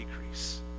decrease